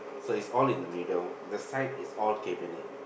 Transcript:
so is all in the middle the side is all cabinet